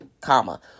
comma